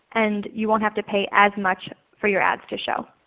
and you won't have to pay as much for your ads to show.